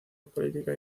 política